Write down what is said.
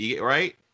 right